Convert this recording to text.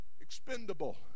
expendable